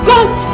God